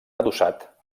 adossat